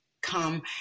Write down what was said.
come